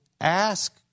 ask